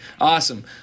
awesome